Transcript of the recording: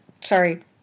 Sorry